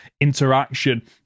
interaction